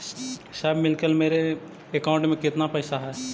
सब मिलकर मेरे अकाउंट में केतना पैसा है?